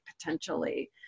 potentially